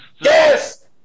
Yes